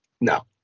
No